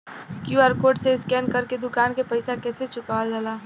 QR code से scan कर के दुकान के पैसा कैसे चुकावल जाला?